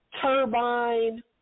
turbine